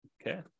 Okay